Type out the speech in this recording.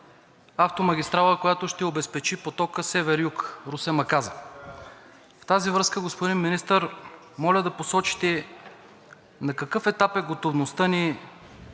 автомагистрала, която ще обезпечи потока север – юг, Русе – Маказа. В тази връзка, господин Министър, моля да посочите на какъв етап е готовността ни